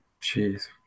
Jeez